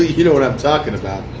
ah you know what i'm talking about.